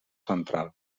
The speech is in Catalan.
central